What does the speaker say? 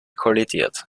kollidiert